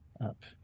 up